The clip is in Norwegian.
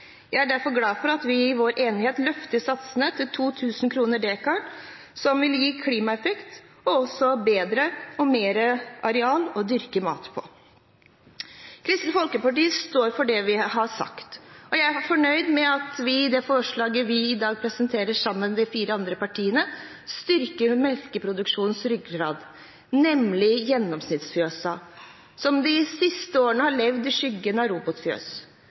Jeg er derfor glad for at vi i vår enighet løfter satsen til 2 000 kr per dekar, noe som vil gi en klimaeffekt og bedre og mer areal å dyrke mat på. Vi i Kristelig Folkeparti står for det vi har sagt, og jeg er fornøyd med at vi fra de fire partiene i det forslaget vi i dag presenterer, styrker melkeproduksjonens ryggrad, nemlig gjennomsnittsfjøsene, som de siste årene har levd i skyggen av robotfjøs.